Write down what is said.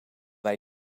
wij